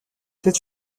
this